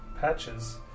Patches